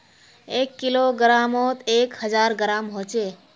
एक किलोग्रमोत एक हजार ग्राम होचे